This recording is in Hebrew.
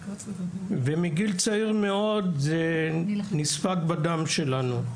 מגיל צעיר מאוד זה נספג בדם שלנו.